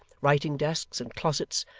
writing-desks, and closets,